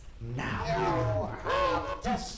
now